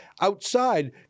outside